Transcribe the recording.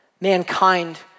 Mankind